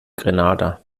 grenada